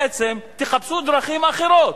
בעצם תחפשו דרכים אחרות,